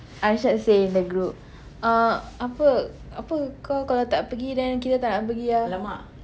Arshad say in the group uh apa apa kau kalau tak pergi then kita tak nak pergi ah